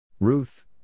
Ruth